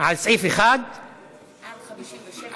על סעיפים 1 57,